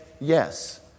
Yes